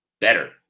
better